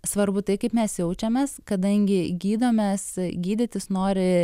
svarbu tai kaip mes jaučiamės kadangi gydomės gydytis nori